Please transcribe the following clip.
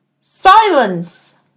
Silence